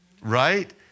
right